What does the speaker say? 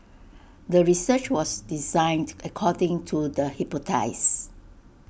the research was designed according to the hypothesis